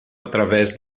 através